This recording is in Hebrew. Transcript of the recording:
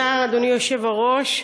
אדוני היושב-ראש,